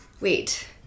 wait